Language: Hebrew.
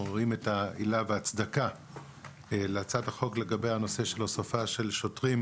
אנחנו רואים את העילה וההצדקה להצעת החוק לגבי הנושא של הוספת שוטרים,